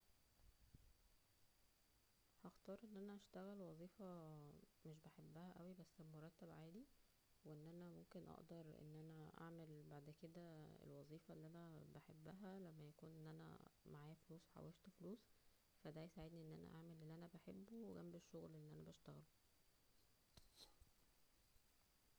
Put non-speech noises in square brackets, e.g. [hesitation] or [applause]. هختار ان انا [hesitation] وظيفة مش بحبها اوى بس بمرتب عالى, وان انا ممكن اقدر اننا اعمل بعد كدا الوظيفة اللى انا بحبها لما يكون ان انا معايا فاوس- حوشت فلوس فا دا يساعدنى ان انا اعمل اللى انا بحبه جنب الشغل اللى انا بشتغله [noise]